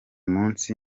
munsi